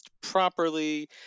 properly